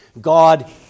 God